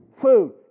Food